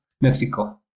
Mexico